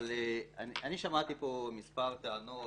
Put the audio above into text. אבל אני שמעתי פה מספר טענות